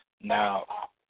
Now